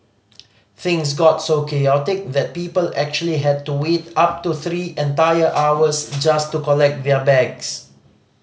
things got so chaotic that people actually had to wait up to three entire hours just to collect their bags